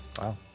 Wow